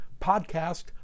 podcast